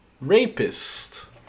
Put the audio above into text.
rapist